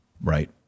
right